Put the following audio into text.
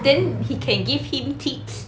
then he can give him tips